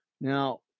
Now